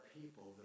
people